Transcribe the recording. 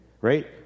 right